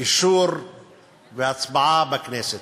ולאישור והצבעה בכנסת.